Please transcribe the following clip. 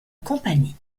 compagnie